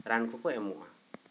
ᱨᱟᱱ ᱠᱚᱠᱚ ᱮᱢᱚᱜᱼᱟ